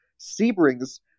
Sebrings